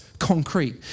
concrete